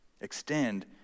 Extend